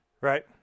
right